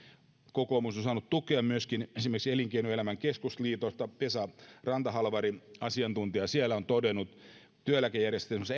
kokoomus on saanut tukea myöskin esimerkiksi elinkeinoelämän keskusliitosta vesa rantahalvari asiantuntija siellä on todennut että työeläkejärjestelmässä